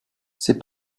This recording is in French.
c’est